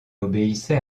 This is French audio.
obéissait